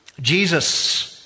Jesus